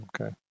Okay